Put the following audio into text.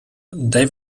they